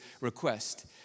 request